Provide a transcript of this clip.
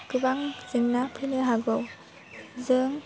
गोबां जेंना फैनो हागौ जों